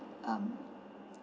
um